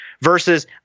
Versus